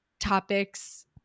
Topics